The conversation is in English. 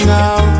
now